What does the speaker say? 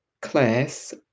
class